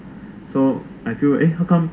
so I feel eh how come